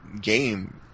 game